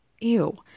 Ew